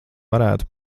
varētu